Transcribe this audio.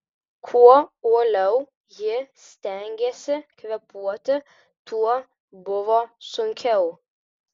kuo uoliau ji stengėsi kvėpuoti tuo buvo sunkiau